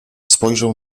spojrzał